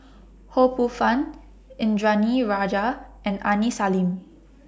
Ho Poh Fun Indranee Rajah and Aini Salim